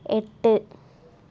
எட்டு